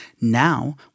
Now